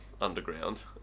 underground